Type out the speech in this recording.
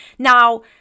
Now